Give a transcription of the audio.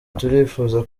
turifuza